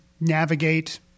navigate